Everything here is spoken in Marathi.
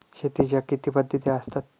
शेतीच्या किती पद्धती असतात?